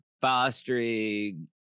fostering